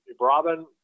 Robin